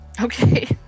Okay